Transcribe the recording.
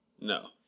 No